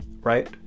right